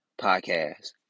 podcast